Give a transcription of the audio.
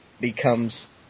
becomes